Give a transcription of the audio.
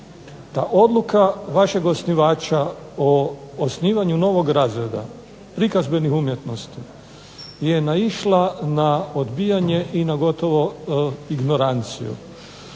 da odluka vašeg osnivača o osnivanju novog razreda prikazbenih umjetnosti je naišla na odbijanje i gotovo ignoranciju.